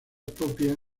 propia